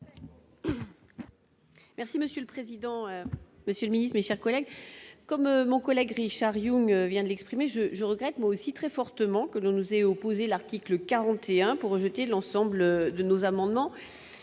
Merci monsieur le président Monsieur Miss, mes chers collègues, comme mon collègue Richard Yung vient d'exprimer, je je regrette mais aussi très fortement que nous nous ait opposé l'article 41 pour rejeter l'ensemble de nos amendements,